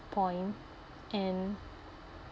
point and